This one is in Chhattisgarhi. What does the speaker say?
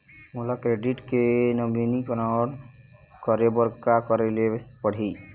मोला क्रेडिट के नवीनीकरण करे बर का करे ले पड़ही?